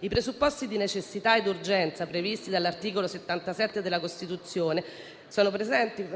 i presupposti di necessità ed urgenza, previsti dall'articolo 77 della Costituzione, sono presenti